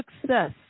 success